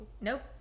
nope